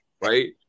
right